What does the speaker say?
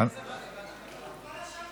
החלת החוק על ענף מוצרי הצריכה),